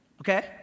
Okay